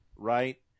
Right